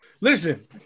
Listen